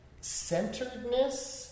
centeredness